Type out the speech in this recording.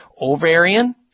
ovarian